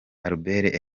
albert